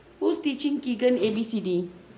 who's teaching keegan A B C D